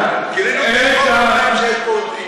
איתן,